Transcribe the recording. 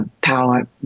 power